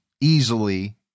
easily